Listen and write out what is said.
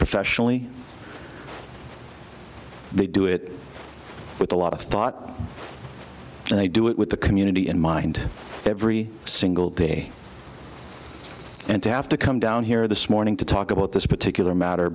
professionally they do it with a lot of thought and they do it with the community in mind every single day and to have to come down here this morning to talk about this particular matter